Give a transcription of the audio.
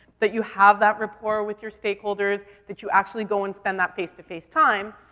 that you have that rapport with your stakeholders, that you actually go and spend that face-to-face time.